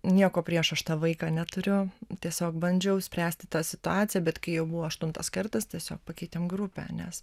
nieko prieš aš tą vaiką neturiu tiesiog bandžiau spręsti tą situaciją bet kai jau buvo aštuntas kartas tiesiog pakeitėm grupę nes